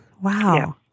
Wow